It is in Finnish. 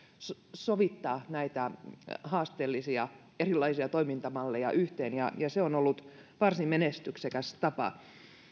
sovittaa näitä erilaisia haasteellisia toimintamalleja yhteen ja ja se on ollut varsin menestyksekäs tapa